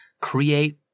create